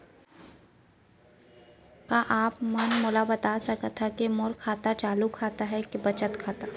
का आप मन मोला बता सकथव के मोर खाता ह चालू खाता ये के बचत खाता?